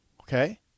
Okay